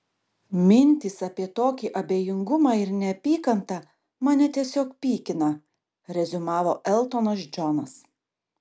mintys apie tokį abejingumą ir neapykantą mane tiesiog pykina reziumavo eltonas džonas